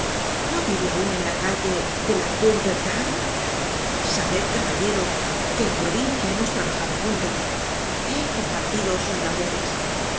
no vive aun en la calle de la tourdes dames sabed caballero que en provincia hemos trabajado juntos he compartido sus laureles